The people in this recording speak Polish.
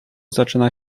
zaczyna